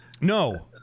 no